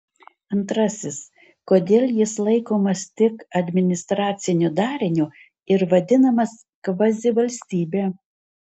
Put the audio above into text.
antrasis kodėl jis laikomas tik administraciniu dariniu ir vadinamas kvazivalstybe